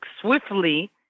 swiftly